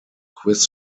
quiz